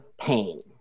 Pain